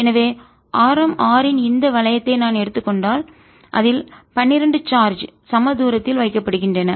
எனவே ஆரம் R இன் இந்த வளையத்தை நான் எடுத்துக் கொண்டால் அதில் 12 சார்ஜ் சம தூரத்தில் வைக்கப்படுகின்றன